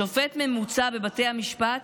שופט ממוצע בבתי המשפט,